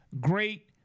great